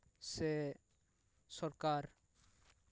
ᱥᱮ ᱥᱚᱨᱠᱟᱨ